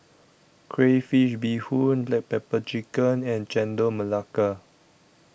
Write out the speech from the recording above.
Crayfish Beehoon Black Pepper Chicken and Chendol Melaka